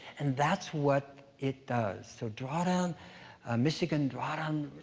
and that's what it does. so drawdown michigan, drawdown